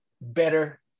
better